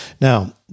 Now